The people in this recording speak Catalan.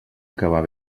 acabar